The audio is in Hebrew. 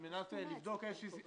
זה מצמצם.